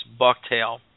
bucktail